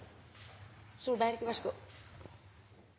Solberg så